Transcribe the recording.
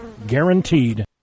Guaranteed